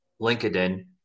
LinkedIn